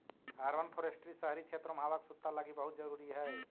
urban forestry शहरी क्षेत्रों में हावा के शुद्धता लागी बहुत जरूरी हई